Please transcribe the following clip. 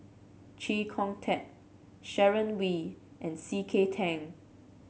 Chee Kong Tet Sharon Wee and C K Tang